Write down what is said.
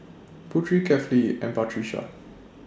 Putri Kefli and Batrisya